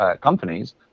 companies